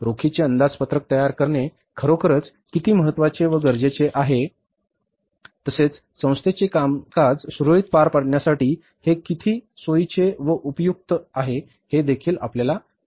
रोखीचे अंदाजपत्रक तयार करणे खरोखरच किती महत्वाचे व गरजेचे आहे तसेच संस्थेचे कामकाज सुरळीत पार पाडण्यासाठी हे किती सोयीचे व उपयुक्त आहे हेदेखील आपल्याला कळते